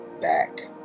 back